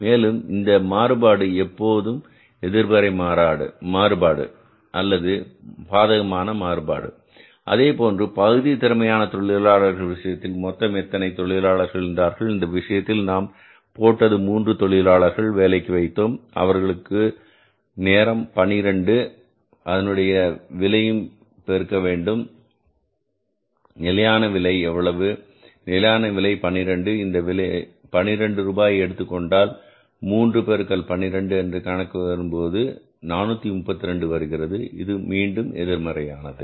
மேலும் இந்த மாறுபாடு எப்போதும் எதிர்மறை மாறுபாடு அல்லது பாதகமான மாறுபாடு அதேபோன்று பகுதி திறமையான தொழிலாளர்கள் விஷயத்தில் மொத்தம் எத்தனை தொழிலாளர்கள் இருந்தார்கள் இந்த விஷயத்தில் நாம் போட்டது 3 தொழிலாளர்கள் வேலைக்கு வைத்தோம் அவர்களுடைய நேரம் 12 அதனால் அதை விலையுடன் பெருக்க வேண்டும் நிலையான விலை எவ்வளவு நிலையான விலை 12 இந்த 12 ரூபாயை எடுத்துக்கொண்டால் இது 3 பெருக்கல் 12 என்று கணக்கிடும்போது 432 வருகிறது இது மீண்டும் எதிர்மறையானது